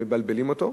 ומבלבלים אותו.